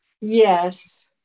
Yes